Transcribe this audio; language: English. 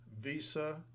visa